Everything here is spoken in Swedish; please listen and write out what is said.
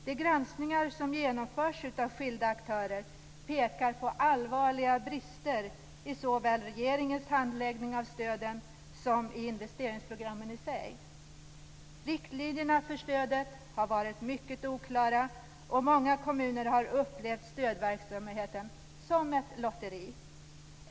De granskningar som genomförts av skilda aktörer pekar på allvarliga brister i såväl regeringens handläggning av stöden som i investeringsprogrammen i sig. Riktlinjerna för stödet har varit mycket oklara, och många kommuner har upplevt stödverksamheten som ett lotteri.